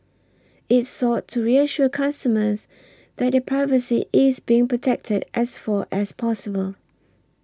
it sought to reassure customers that their privacy is being protected as for as possible